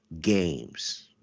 games